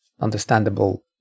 understandable